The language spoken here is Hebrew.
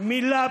החולים.